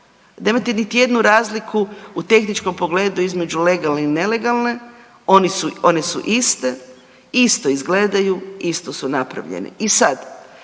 nemate niti jednu razliku u tehničkom pogledu između legalne i nelegalne, one su iste, isto izgledaju i isto su napravljene. I sad,